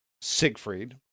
Siegfried